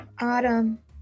Autumn